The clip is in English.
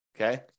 okay